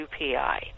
UPI